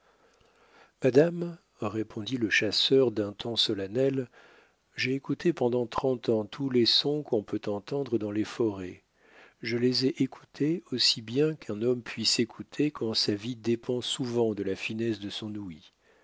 madame répondit le chasseur d'un ton solennel j'ai écouté pendant trente ans tous les sons qu'on peut entendre dans les forêts je les ai écoutés aussi bien qu'un homme puisse écouter quand sa vie dépend souvent de la finesse de son ouïe